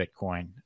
Bitcoin